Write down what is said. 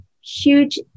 huge